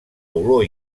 olor